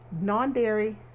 non-dairy